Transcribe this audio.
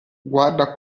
guarda